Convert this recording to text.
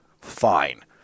fine